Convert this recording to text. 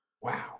Wow